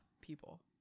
people